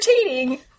entertaining